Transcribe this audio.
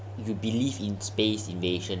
you believe in space invasion ah